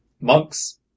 monks